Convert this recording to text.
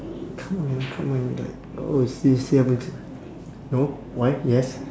come on man come on like oh still still haven't no why yes